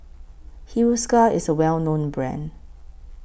Hiruscar IS A Well known Brand